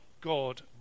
God